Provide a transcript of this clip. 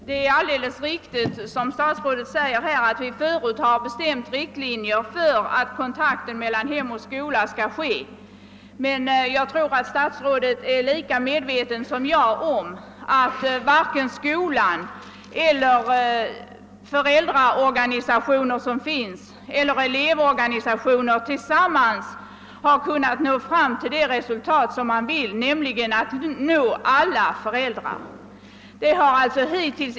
Det är alldeles riktigt som statsrådet säger att vi förut har fastställt riktlinjer för kontakterna mellan hem och skola, men jag tror att statsrådet är lika medveten som jag om att varken skolan eller föräldraorganisationerna eller elevorganisationerna hittills har lyckats åstadkomma det resultat man vill ha, nämligen att nå alla föräldrar.